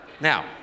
Now